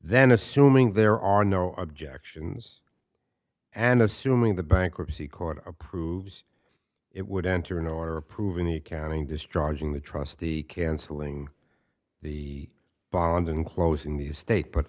then assuming there are no objections and assuming the bankruptcy court approved it would enter an order approving the accounting destroying the trustee cancelling the bond and closing the estate but